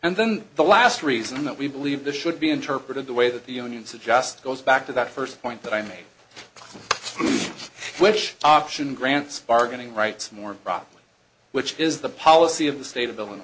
and then the last reason that we believe this should be interpreted the way that the union's it just goes back to that first point that i made which option grants bargaining rights more properly which is the policy of the state of illinois